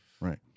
right